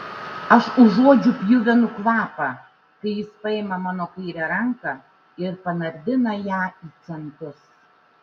aš užuodžiu pjuvenų kvapą kai jis paima mano kairę ranką ir panardina ją į centus